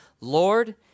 Lord